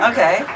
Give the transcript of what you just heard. Okay